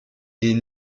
des